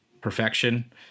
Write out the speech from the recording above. perfection